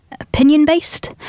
opinion-based